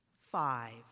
Five